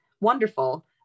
wonderful